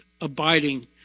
abiding